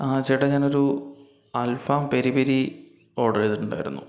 ആ ചേട്ടാ ഞാനൊരു അൽഫാമ് പെരി പെരി ഓർഡർ ചെയ്തിട്ടുണ്ടായിരുന്നു